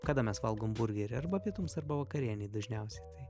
kada mes valgom burgerį arba pietums arba vakarienei dažniausiai tai